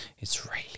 Israeli